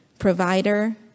Provider